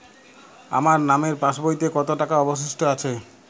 আমার নামের পাসবইতে কত টাকা অবশিষ্ট আছে?